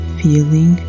feeling